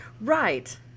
Right